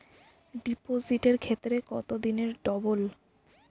ডিপোজিটের ক্ষেত্রে কত দিনে ডবল?